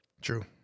true